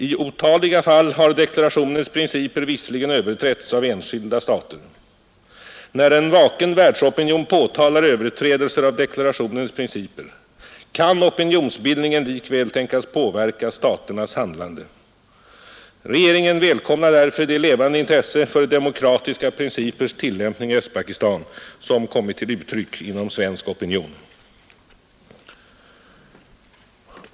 I otaliga fall har deklarationens principer visserligen överträtts av enskilda stater, men när en vaken världsopinion påtalar överträdelser av deklarationens principer kan opinionsbildningen likväl tänkas påverka staternas handlande. Regeringen välkomnar därför det levande intresse för demokratiska principers tillämpning i Östpakistan som kommit till uttryck inom svensk opinion.